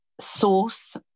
source